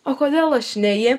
o kodėl aš ne ji